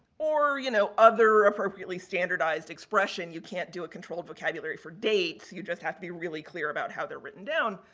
or, you know, other appropriate like standardized expression. you can't do a controlled vocabulary for date, you just have to be really clear about how they're written down,